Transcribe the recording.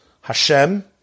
Hashem